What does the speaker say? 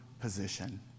position